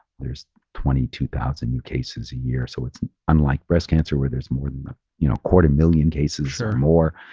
there's twenty two thousand new cases a year. so it's unlike breast cancer where there's more than a you know quarter million cases or more.